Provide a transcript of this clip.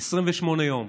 28 יום,